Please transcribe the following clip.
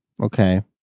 Okay